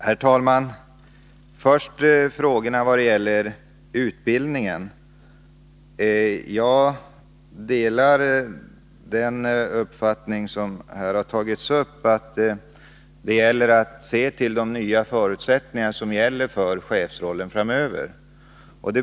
Herr talman! Först frågorna vad gäller utbildningen. Jag delar den uppfattning som här har framförts att det gäller att se till de nya förutsättningar som råder för chefsrollen framöver.